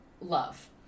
love